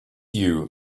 you